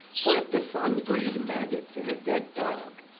for if the sun breed maggots in a dead dog,